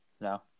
No